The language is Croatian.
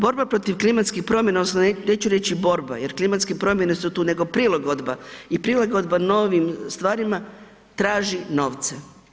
Borba protiv klimatskih promjena, odnosno neću reći borba jer klimatske promjene su tu, nego prilagodba i prilagodba novim stvarima traži novce.